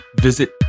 Visit